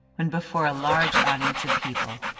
when before a large audience of people,